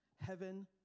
heaven